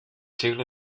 segle